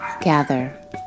GATHER